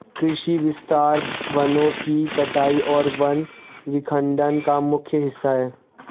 कृषि विस्तार वनों की कटाई और वन विखंडन का मुख्य हिस्सा है